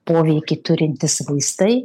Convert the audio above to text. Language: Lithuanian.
poveikį turintys vaistai